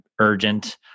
urgent